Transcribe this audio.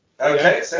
Okay